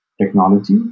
technology